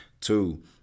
Two